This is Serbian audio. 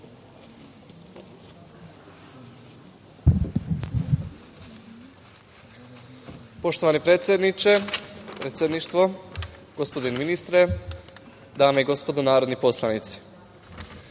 Poštovani predsedniče, predsedništvo, gospodine ministre, dame i gospodo narodni poslanici. Velika